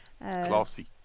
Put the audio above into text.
classy